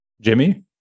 Jimmy